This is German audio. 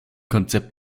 konzept